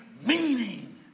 meaning